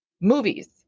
movies